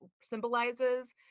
symbolizes